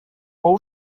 all